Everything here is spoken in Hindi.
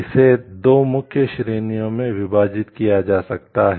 इसे 2 मुख्य श्रेणियों में विभाजित किया जा सकता है